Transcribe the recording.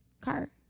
Car